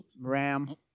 ram